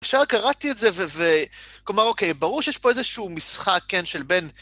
עכשיו קראתי את זה, וכלומר, אוקיי, ברור שיש פה איזשהו משחק, כן, של בין...